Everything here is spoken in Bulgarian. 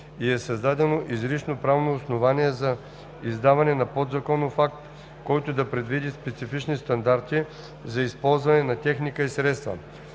и е създадено изрично правно основание за издаване на подзаконов акт, който да предвиди специфични стандарти за използването на техника и средства.